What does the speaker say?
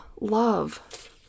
love